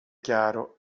chiaro